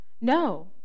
No